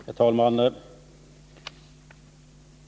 Herr talman!